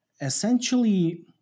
essentially